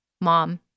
mom